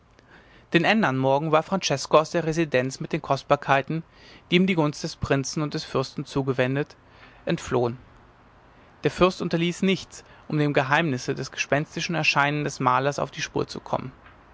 den ändern morgen war francesko aus der residenz mit den kostbarkeiten die ihm die gunst des prinzen und des fürsten zugewendet entflohen der fürst unterließ nichts um dem geheimnisse dem gespenstischen erscheinen des malers auf die spur zu kommen